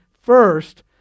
first